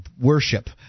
worship